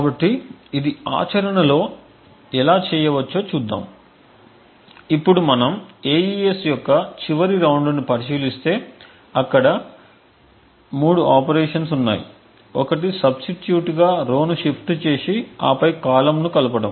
కాబట్టి ఇది ఆచరణలో ఎలా చేయవచ్చో చూద్దాం ఇప్పుడు మనము AES యొక్క చివరి రౌండ్ ని పరిశీలిస్తే అక్కడ 3 ఆపరేషన్లు ఉన్నాయి ఒకటి సబ్స్టిట్యూట్ గా రోను షిఫ్ట్చేసి ఆపై కాలమ్ను కలుపడం